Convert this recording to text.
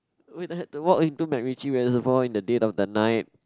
had to walk into MacRitchie reservoir in the dead of the night